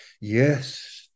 Yes